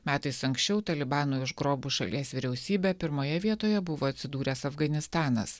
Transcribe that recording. metais anksčiau talibanui užgrobus šalies vyriausybę pirmoje vietoje buvo atsidūręs afganistanas